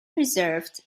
preserved